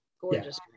gorgeous